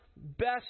best